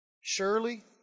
surely